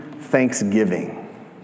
thanksgiving